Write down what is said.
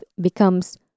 becomes